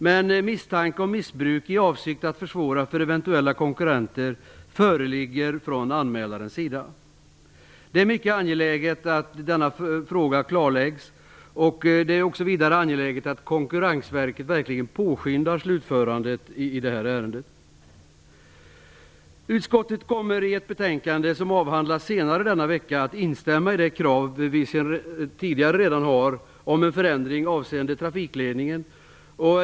Men misstanke om missbruk i avsikt att försvåra för eventuella konkurrenter föreligger från anmälarens sida. Det är mycket angeläget att denna fråga klarläggs. Vidare är det angeläget att Konkurrensverket verkligen påskyndar slutförandet av det här ärendet. Utskottet kommer i ett betänkande som avhandlas senare denna vecka att instämma i det krav som vi sedan tidigare har om en förändring avseende trafikledningen.